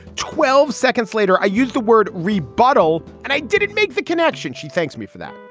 twelve seconds later, i used the word rebuttle and i didn't make the connection. she thanked me for that.